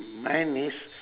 mine is